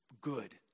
Good